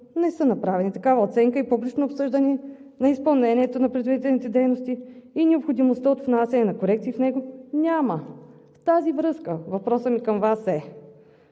не са направени. Такава оценка и публично обсъждане на изпълнението на предвидените дейности и необходимостта от внасяне на корекции в него – няма. В тази връзка, въпросът ми към Вас е: